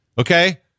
Okay